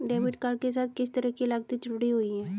Debit card के साथ किस तरह की लागतें जुड़ी हुई हैं?